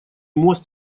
мост